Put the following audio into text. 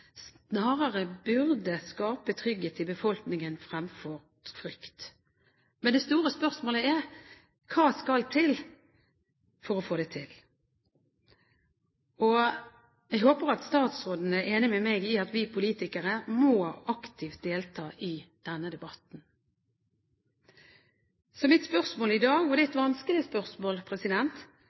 snarere burde skape trygghet i befolkningen fremfor frykt. Men det store spørsmålet er: Hva skal til for å få det til? Jeg håper at statsråden er enig med meg i at vi politikere aktivt må få delta i denne debatten. Mitt spørsmål i dag – og det er et vanskelig spørsmål